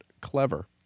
clever